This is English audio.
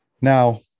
now